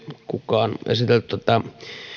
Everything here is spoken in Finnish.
kukaan esitellyt tätä